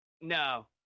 No